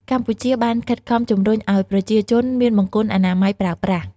កម្ពុជាបានខិតខំជំរុញឱ្យប្រជាជនមានបង្គន់អនាម័យប្រើប្រាស់។